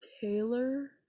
taylor